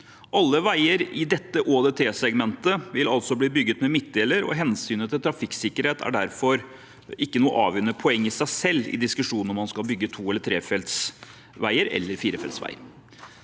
Alle veier i dette ÅDT-segmentet vil bli bygget med midtdeler, og hensynet til trafikksikkerhet er derfor ikke noe avgjørende poeng i seg selv i diskusjonen om man skal bygge to- og trefelts vei eller firefelts vei.